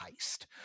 heist